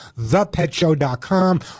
thepetshow.com